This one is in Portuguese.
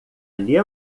lhe